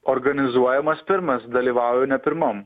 organizuojamas pirmas dalyvauju ne pirmam